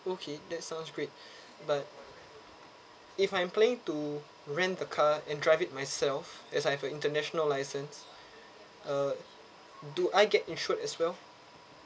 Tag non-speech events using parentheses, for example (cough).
okay that sounds great (breath) but if I'm planning to rent a car and drive it myself as I've a international license uh do I get insured as well